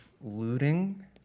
looting